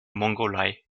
mongolei